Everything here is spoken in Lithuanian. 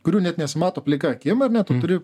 kurių net nesimato plika akim ar ne tu turi